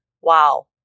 wow